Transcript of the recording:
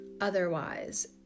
otherwise